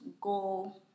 go